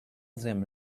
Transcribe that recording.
them